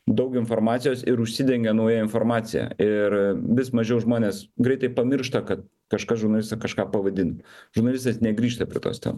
daug informacijos ir užsidengia nauja informacija ir vis mažiau žmonės greitai pamiršta kad kažkas žunalistai kažką pavadin žurnalistas negrįžta prie tos tem